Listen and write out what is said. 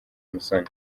musoni